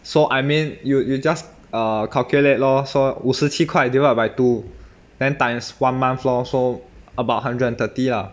so I mean you you just err calculate lor so 五十七块 divide by two then times one month lor so about one hundred and thirty lah